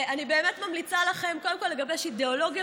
אני באמת ממליצה לכם קודם כול לגבש אידיאולוגיה